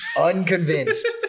unconvinced